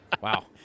Wow